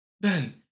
Ben